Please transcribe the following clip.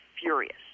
furious